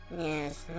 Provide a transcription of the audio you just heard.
yes